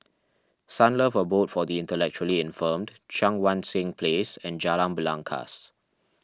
Sunlove Abode for the Intellectually Infirmed Cheang Wan Seng Place and Jalan Belangkas